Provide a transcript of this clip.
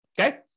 okay